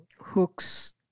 hooks